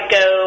go